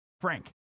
Frank